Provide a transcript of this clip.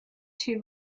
two